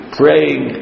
praying